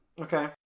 okay